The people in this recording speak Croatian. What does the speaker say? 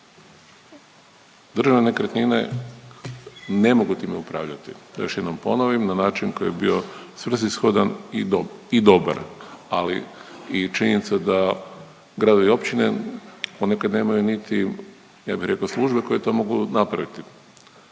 Državne nekretnine ne mogu time upravljati, da još jednom ponovim na način koji je bio svrsishodan i dobar. Ali i činjenica da gradovi i općine ponekad nemaju niti, ja bih rekao, službe koje to mogu napraviti